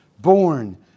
born